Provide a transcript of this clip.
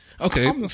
Okay